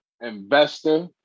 investor